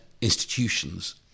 institutions